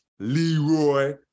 Leroy